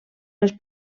les